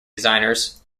designers